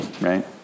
right